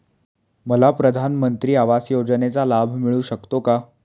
मला प्रधानमंत्री आवास योजनेचा लाभ मिळू शकतो का?